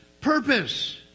purpose